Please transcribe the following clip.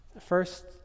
First